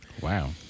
Wow